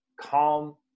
calm